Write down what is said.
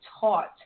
taught